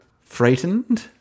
frightened